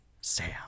Sam